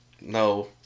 no